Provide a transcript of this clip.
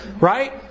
right